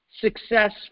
success